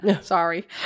Sorry